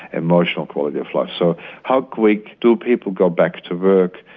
emotional quality of life, so how quickly do people go back to work,